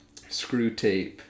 Screwtape